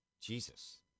Jesus